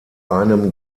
einem